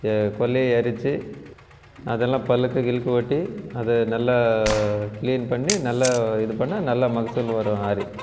கொல்லையை எரித்து அதெலாம் பழுக்க கிழுக்க ஓட்டி அதை நல்ல கிளீன் பண்ணி நல்ல இது பண்ணால் நல்ல மகசூல் வரும்